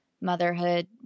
motherhood